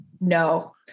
No